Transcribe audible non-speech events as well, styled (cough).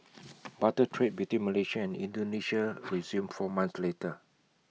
(noise) barter trade between Malaysia and Indonesia resumed four months later